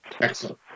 Excellent